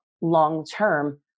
long-term